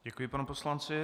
Děkuji panu poslanci.